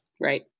Right